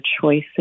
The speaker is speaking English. choices